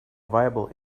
viable